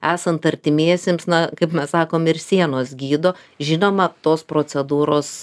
esant artimiesiems na kaip mes sakom ir sienos gydo žinoma tos procedūros